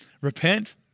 repent